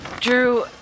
Drew